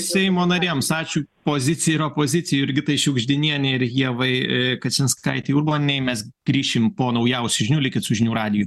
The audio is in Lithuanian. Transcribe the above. seimo narėms ačiū pozicija ir opozicija jurgitai šiugždinienei ir ievai kačinskaitei urbonei mes grįšim po naujausių žinių likit su žinių radiju